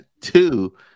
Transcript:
two